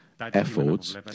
efforts